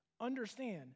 Understand